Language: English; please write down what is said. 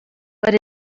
but